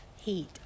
heat